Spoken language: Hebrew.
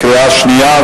קריאה שנייה,